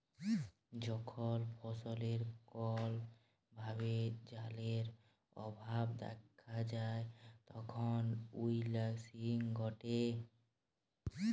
যখল ফসলে কল ভাবে জালের অভাব দ্যাখা যায় তখল উইলটিং ঘটে